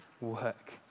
work